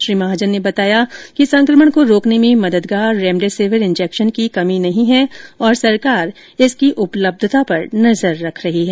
श्री महाजन ने बताया कि संकमण को रोकने में मददगार रेमडेसिविर इंजेक्शन की कमी नहीं है और सरकार इसकी उपलब्धता पर नजर रख रही है